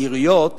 בעיריות,